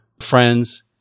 friends